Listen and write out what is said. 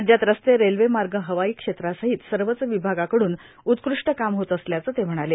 राज्यात रस्ते रेल्वेमार्ग हवाई क्षेत्रासहीत सर्वच विभागाकडून उत्कृष्ट काम होत असल्याचं ते म्हणाले